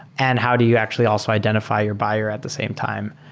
and how do you actually also identify your buyer at the same time?